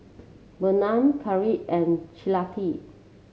Bertram Karyl and Citlali